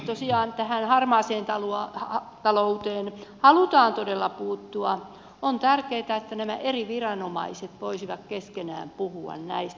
jos tähän harmaaseen talouteen haluamme todella puuttua on tärkeätä että nämä eri viranomaiset voisivat keskenään puhua näistä